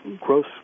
gross